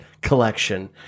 collection